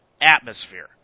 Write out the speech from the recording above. atmosphere